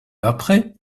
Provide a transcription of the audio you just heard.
après